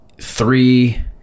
Three